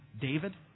David